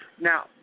Now